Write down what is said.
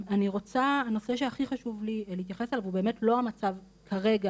הנושא שהכי חשוב לי להתייחס אליו הוא באמת לא המצב כרגע,